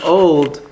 old